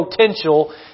potential